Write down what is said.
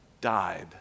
died